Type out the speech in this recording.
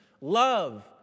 love